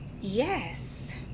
yes